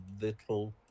little